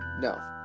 No